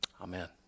Amen